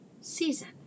season